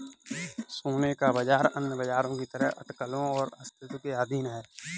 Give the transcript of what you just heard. सोने का बाजार अन्य बाजारों की तरह अटकलों और अस्थिरता के अधीन है